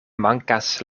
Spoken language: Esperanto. mankas